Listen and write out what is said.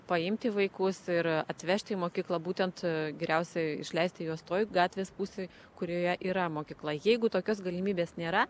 paimti vaikus ir atvežti į mokyklą būtent geriausiai išleisti juos toj gatvės pusėje kurioje yra mokykla jeigu tokios galimybės nėra